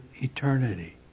eternity